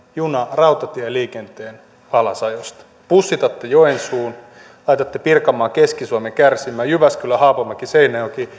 rautatieliikenteen alasajosta pussitatte joensuun laitatte pirkanmaan keski suomen kärsimään jyväskylä haapamäki seinäjoen